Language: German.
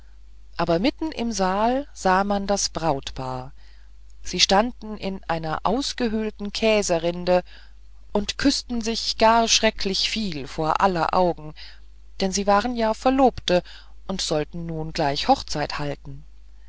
aber mitten im saal sah man das brautpaar sie standen in einer ausgehöhlten käserinde und küßten sich gar erschrecklich viel vor aller augen denn sie waren ja verlobte und sollten nun gleich hochzeit halten